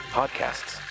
podcasts